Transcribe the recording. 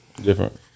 Different